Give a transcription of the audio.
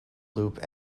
loop